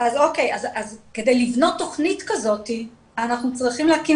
אז כדי לבנות תכנית כזאת אנחנו צריכים להקים